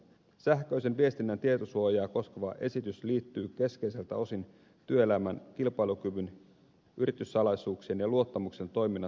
sähköisen viestinnän tietosuojaa koskeva esitys liittyy keskeiseltä osin työelämän kilpailukyvyn yrityssalaisuuksien ja luottamuksen toiminnan turvaamiseen